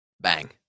bang